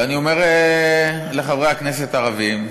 ואני אומר לחברי הכנסת הערבים,